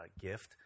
gift